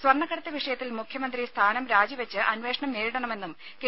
സ്വർണ്ണക്കടത്ത് വിഷയത്തിൽ മുഖ്യമന്ത്രി സ്ഥാനം രാജി വെച്ച് അന്വേഷണം നേരിടണമെന്നും കെ